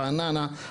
רעננה,